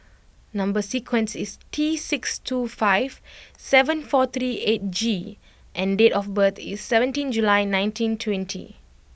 number sequence is T six two five seven four three eight G and date of birth is seventeen July nineteen twenty